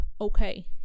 okay